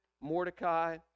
Mordecai